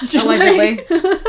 Allegedly